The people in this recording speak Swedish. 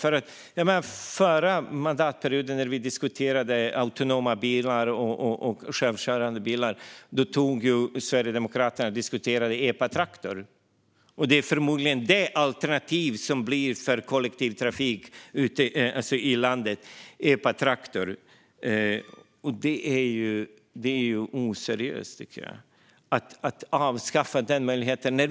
När vi under den förra mandatperioden diskuterade självkörande bilar tog Sverigedemokraterna upp epatraktorer, och det är förmodligen epatraktor som blir alternativet till kollektivtrafik ute i landet. Jag tycker att det är oseriöst att avskaffa denna möjlighet.